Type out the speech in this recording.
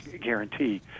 guarantee